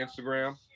instagram